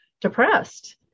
depressed